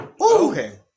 Okay